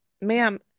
ma'am